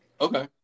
Okay